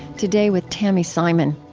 today, with tami simon.